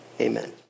Amen